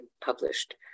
published